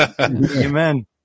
Amen